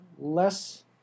less